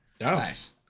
Nice